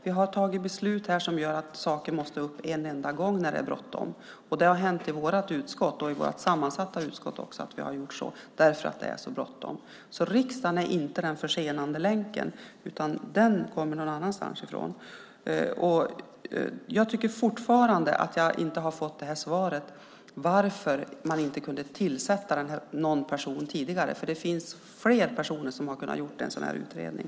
Vi har tagit beslut här som gör att saker måste upp en enda gång när det är bråttom. Det har hänt i vårt utskott och även i det sammansatta utskottet att vi har gjort så, eftersom det är så bråttom. Riksdagen är alltså inte den försenande länken, utan den finns någon annanstans. Jag tycker fortfarande inte att jag har fått svar på varför man inte kunde tillsätta någon person tidigare. Det finns fler personer som skulle ha kunnat göra en sådan här utredning.